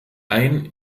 ein